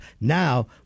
now